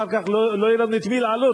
אחר כך לא יהיה לנו את מי להעלות,